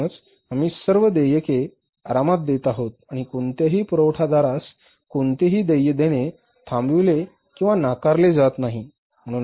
म्हणूनच आम्ही सर्व देयके आरामात देत आहोत आणि कोणत्याही पुरवठादारास कोणतीही देय देणे थांबविले किंवा नाकारले जात नाही